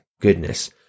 Goodness